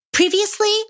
Previously